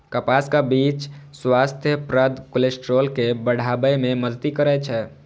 कपासक बीच स्वास्थ्यप्रद कोलेस्ट्रॉल के बढ़ाबै मे मदति करै छै